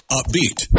upbeat